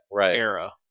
era